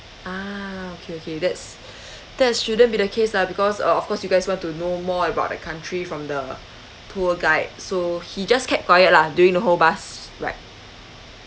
ah okay okay that's that shouldn't be the case lah because of course you guys want to know more about the country from the tour guide so he just kept quiet lah during the whole bus ride